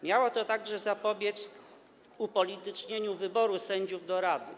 Miało to także zapobiec upolitycznieniu wyboru sędziów do rady.